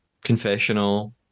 confessional